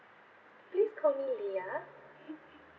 please call me lia